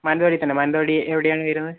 മാനന്തവാടിയിൽ തന്നെ മാനന്തവാടി എവിടെയാണ് വരുന്നത്